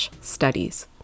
studies